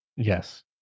Yes